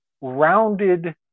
rounded